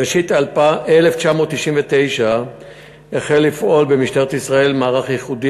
בראשית 1999 החל לפעול במשטרת ישראל מערך ייחודי,